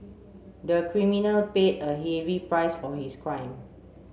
the criminal paid a heavy price for his crime